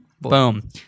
Boom